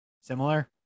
similar